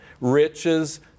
riches